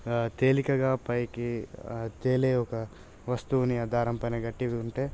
తేలికగా పైకి తేలే ఒక వస్తువుని ఆ దారంపైన కట్టి ఉంటే